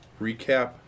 recap